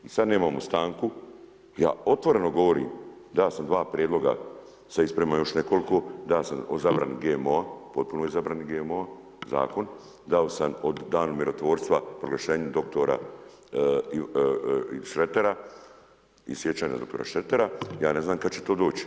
Ni sada nemamo stanku, ja otvoreno govorim dao sam dva prijedloga, sada ih spremam još nekoliko, dao sam o zabrani GMO-a potpunoj zabrani GMO-a zakon, dao sam o Danu mirotvorstva proglašenju dr. Šretera i sjećanje na dr. Šretera, ja ne znam kada će to doć.